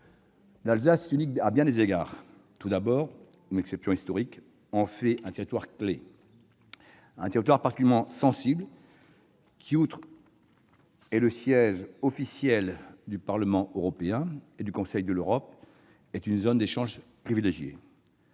L'Alsace est unique à bien des égards. Tout d'abord, son exception historique en fait un territoire clé, particulièrement sensible : en plus d'être le siège officiel du Parlement européen et du Conseil de l'Europe, elle est une zone d'échange privilégiée.